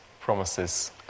promises